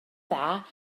dda